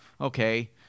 okay